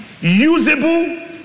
usable